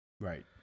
Right